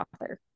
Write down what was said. author